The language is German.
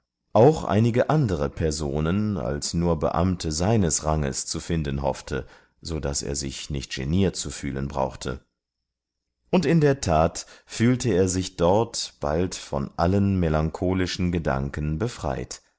auch einige andere personen als nur beamte seines ranges zu finden hoffte so daß er sich nicht geniert zu fühlen brauchte und in der tat fühlte er sich dort bald von allen melancholischen gedanken befreit